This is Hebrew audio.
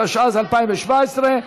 התשע"ז 2017,